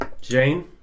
Jane